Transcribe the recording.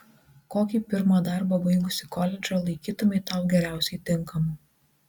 kokį pirmą darbą baigusi koledžą laikytumei tau geriausiai tinkamu